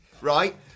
right